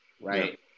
right